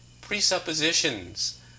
presuppositions